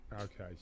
Okay